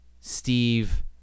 Steve